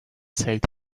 saved